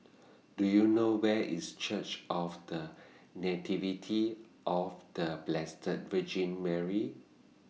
Do YOU know Where IS Church of The Nativity of The Blessed Virgin Mary